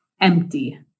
empty